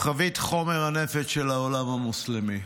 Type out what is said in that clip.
חבית חומר הנפץ של העולם המוסלמי,